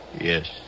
Yes